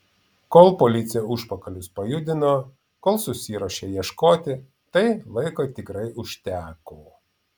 kol policija užpakalius pajudino kol susiruošė ieškoti tai laiko tikrai užteko